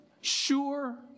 sure